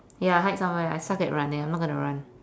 ya hide somewhere I suck at running I'm not gonna run